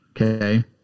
Okay